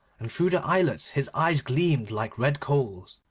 and through the eyelets his eyes gleamed like red coals.